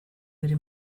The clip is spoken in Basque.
bere